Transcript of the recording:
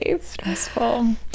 Stressful